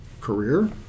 career